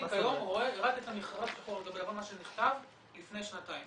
אני כיום רואה רק את המכרז שחור על גבי לבן שנכתב לפני שנתיים.